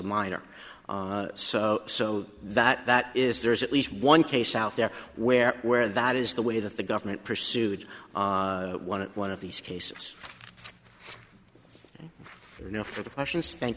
minor so that that is there is at least one case out there where where that is the way that the government pursued one of one of these cases you know for the question spank